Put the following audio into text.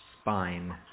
spine